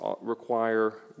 require